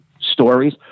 stories